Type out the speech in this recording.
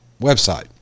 website